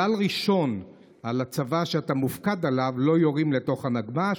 כלל ראשון לצבא שאתה מופקד עליו: לא יורים לתוך הנגמ"ש.